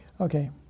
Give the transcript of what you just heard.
Okay